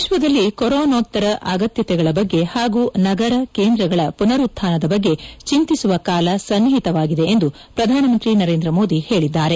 ವಿಕ್ಷದಲ್ಲಿ ಕೊರೋನೋತ್ತರ ಅಗತ್ಯತೆಗಳ ಬಗ್ಗೆ ಹಾಗೂ ನಗರಕೇಂದ್ರಗಳ ಮನರುತ್ನಾನದ ಬಗ್ಗೆ ಚಿಂತಿಸುವ ಕಾಲ ಸನ್ನಿಹಿತವಾಗಿದೆ ಎಂದು ಪ್ರಧಾನಮಂತ್ರಿ ನರೇಂದ್ರ ಮೋದಿ ಹೇಳಿದ್ದಾರೆ